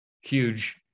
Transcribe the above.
huge